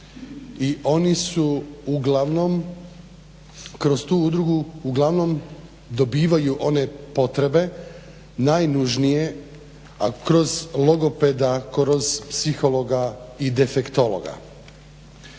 i oni su uglavnom kroz tu udrugu uglavnom dobivaju one potrebe najnužnije, a kroz logopeda, kroz psihologa i defektologa.